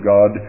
God